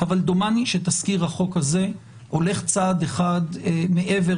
אבל דומני שתזכיר החוק הזה הולך צעד אחד מעבר